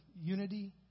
unity